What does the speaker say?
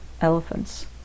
elephants